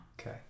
Okay